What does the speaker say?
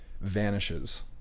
vanishes